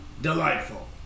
delightful